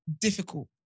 difficult